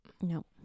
No